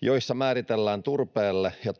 joissa määritellään turpeelle ja